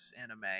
anime